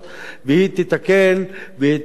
היא תיתקל בהתנגדות וסירוב,